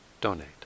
donate